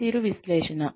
పనితీరు విశ్లేషణ